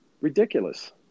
Ridiculous